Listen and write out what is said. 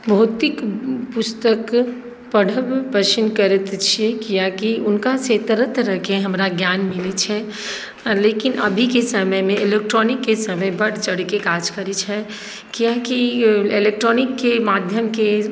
भौतिक पुस्तक पढ़ब पसिन करैत छियै किआकि हुनका से तरह तरहके हमरा ज्ञान मिलैत छै लेकिन अभीके समयमे इलेक्ट्रॉनिकके समय बढ़ चढ़के काज करैत छै किआकि इलेक्ट्रॉनिकके माध्यमके